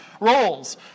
roles